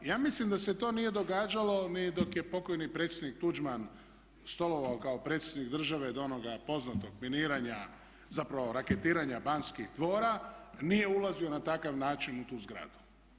Ja mislim da se to nije događalo ni dok je pokojni predsjednik Tuđman stolovao kao predsjednik države do onoga poznatog miniranja, zapravo raketiranja Banskih dvora, nije ulazio na takav način u tu zgradu.